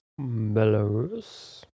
Belarus